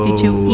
two